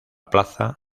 plaza